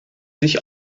sich